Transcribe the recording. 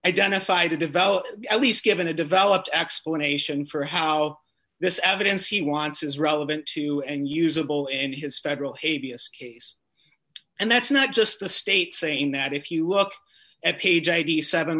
identified to develop at least given a developed explanation for how this evidence he wants is relevant to and usable in his federal hate b s case and that's not just the state saying that if you look at page eighty seven